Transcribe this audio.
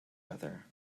other